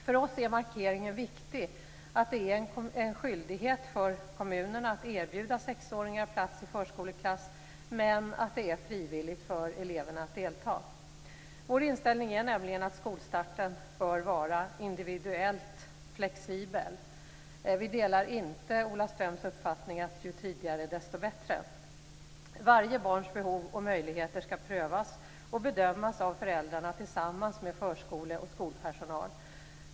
För oss är markeringen viktig, att det är en skyldighet för kommunerna att erbjuda sexåringar plats i förskoleklass men att det är frivilligt för eleverna att delta. Vår inställning är nämligen att skolstarten bör vara individuellt flexibel. Vi delar inte Ola Ströms uppfattning att ju tidigare skolstarten sker desto bättre är det. Varje barns behov och möjligheter skall prövas och bedömas av föräldrarna tillsammans med förskole och skolpersonal.